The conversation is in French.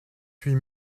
huit